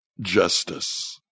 justice